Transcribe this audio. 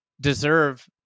deserve